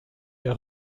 der